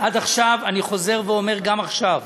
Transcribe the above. עד עכשיו, אני חוזר ואומר גם עכשיו: